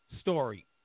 story